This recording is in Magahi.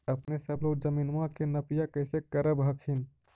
अपने सब लोग जमीनमा के नपीया कैसे करब हखिन?